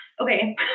Okay